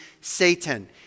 Satan